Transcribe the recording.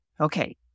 Okay